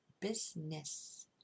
business